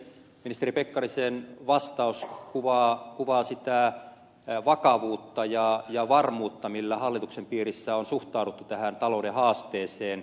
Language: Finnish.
ministeri pekkarisen vastaus kuvaa sitä vakavuutta ja varmuutta millä hallituksen piirissä on suhtauduttu tähän talouden haasteeseen